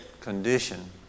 condition